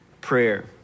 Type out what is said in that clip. prayer